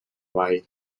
ball